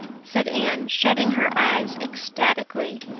said anne, shutting her eyes ecstatically.